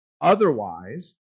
Otherwise